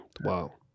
Wow